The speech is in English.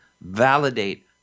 validate